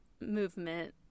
movement